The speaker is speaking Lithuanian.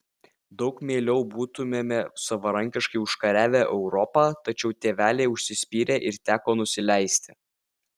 daug mieliau būtumėme savarankiškai užkariavę europą tačiau tėveliai užsispyrė ir teko nusileisti